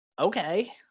Okay